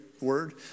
word